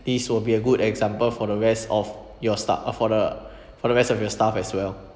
this will be a good example for the rest of your staff uh for the for the rest of your staff as well